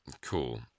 Cool